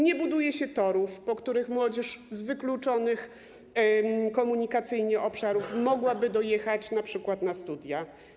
Nie buduje się torów, po których młodzież z wykluczonych komunikacyjnie obszarów mogłaby dojechać np. na studia.